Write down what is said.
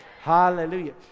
hallelujah